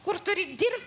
kur turi dirbt